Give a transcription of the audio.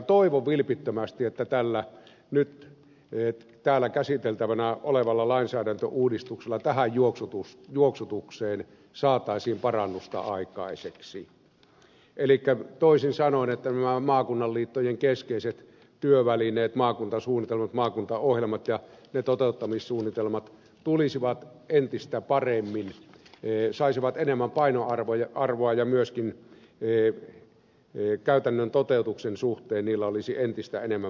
toivon vilpittömästi että tällä nyt täällä käsiteltävänä olevalla lainsäädäntöuudistuksella tähän juoksutukseen saataisiin parannusta aikaiseksi elikkä toisin sanoen nämä maakunnan liittojen keskeiset työvälineet maakuntasuunnitelmat maakuntaohjelmat ja ne toteuttamissuunnitelmat tulisivat entistä paremmin peesaisivat riman saisivat enemmän painoarvoa ja myöskin käytännön toteutuksen suhteen niillä olisi entistä enemmän merkitystä